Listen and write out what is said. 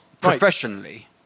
professionally